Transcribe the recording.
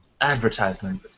advertisement